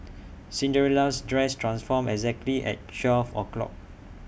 Cinderella's dress transformed exactly at twelve o'clock